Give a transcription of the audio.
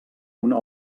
una